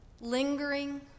lingering